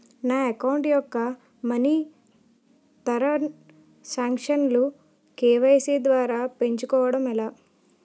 నా అకౌంట్ యెక్క money transaction లు కే.వై.సీ ద్వారా పెంచుకోవడం ఎలా?